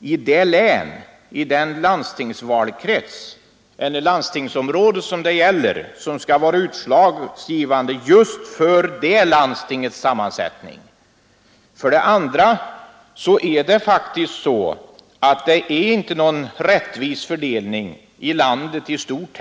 i det län eller landstingsområde det gäller som skall vara utslagsgivande just för det landstingets sammansättning. För det andra är det faktiskt inte heller någon rättvis fördelning i landet i stort.